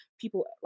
people